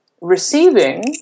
receiving